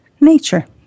nature